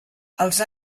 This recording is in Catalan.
els